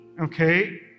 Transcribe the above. okay